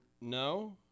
no